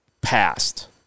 past